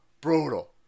Brutal